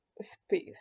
space